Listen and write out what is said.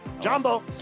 jumbo